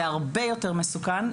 זה הרבה יותר מסוכן.